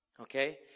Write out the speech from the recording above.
okay